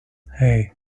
hey